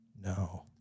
No